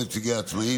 הן נציגי העצמאים,